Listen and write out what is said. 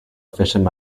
efficient